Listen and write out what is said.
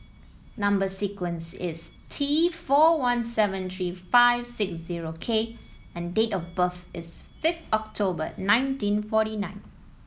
number sequence is T four one seven three five six zero K and date of birth is fifth October nineteen forty nine